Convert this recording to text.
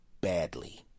Badly